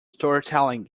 storytelling